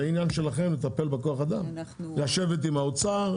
זה עניין שלכם לטפל בבעיית הכוח אדם לשבת עם האוצר,